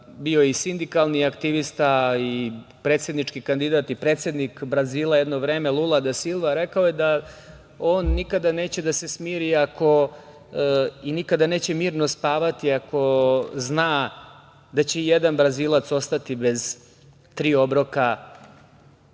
bio je i sindikalni aktivista i predsednički kandidat, predsednik Brazila jedno vreme, Lula da Silva, rekao je da on nikada neće da se smiri i nikada neće mirno spavati ako zna da će i jedan Brazilac ostati bez tri obroka